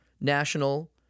National